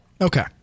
Okay